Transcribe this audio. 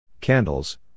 Candles